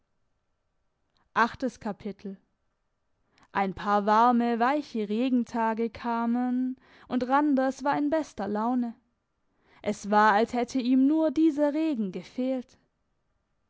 ein paar warme weiche regentage kamen und randers war in bester laune es war als hätte ihm nur dieser regen gefehlt